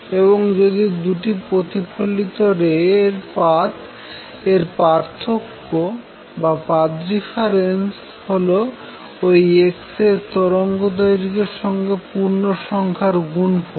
এবং যদি দুটি প্রতিফলিত রে এর পাথ এর পার্থক্য হল ওই x রে এর তরঙ্গ দৈর্ঘ্যের সঙ্গে পূর্ণ সংখার গুনফল